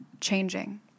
changing